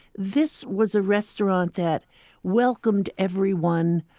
this was a restaurant that welcomed everyone.